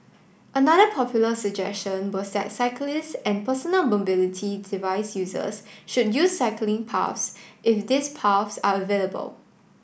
another popular suggestion was that cyclists and personal mobility device users should use cycling paths if these paths are available